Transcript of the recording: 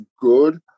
good